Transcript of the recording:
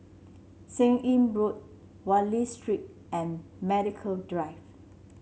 Seah Im Road Wallich Street and Medical Drive